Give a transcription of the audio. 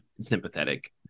sympathetic